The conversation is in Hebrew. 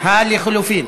יחיאל חיליק בר,